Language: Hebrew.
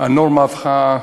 הנורמה הפכה,